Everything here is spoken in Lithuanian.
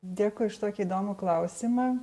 dėkui už tokį įdomų klausimą